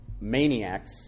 maniacs